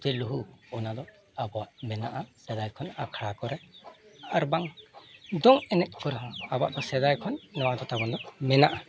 ᱪᱮ ᱞᱩᱦᱩᱠ ᱚᱱᱟᱫᱚ ᱟᱵᱚᱣᱟᱜ ᱢᱮᱱᱟᱜᱼᱟ ᱥᱮᱫᱟᱭ ᱠᱷᱚᱱ ᱟᱠᱷᱲᱟ ᱠᱚᱨᱮ ᱟᱨ ᱵᱟᱝ ᱫᱚᱝ ᱮᱱᱮᱡ ᱠᱚ ᱨᱮᱦᱚᱸ ᱟᱵᱚᱣᱟᱜ ᱫᱚ ᱥᱮᱫᱟᱭ ᱠᱷᱚᱱ ᱱᱚᱣᱟ ᱠᱚ ᱛᱟᱵᱚᱱ ᱫᱚ ᱢᱮᱱᱟᱜᱼᱟ